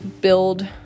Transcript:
build